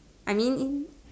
I mean